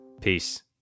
Peace